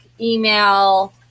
email